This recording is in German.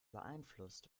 beeinflusst